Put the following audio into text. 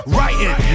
Writing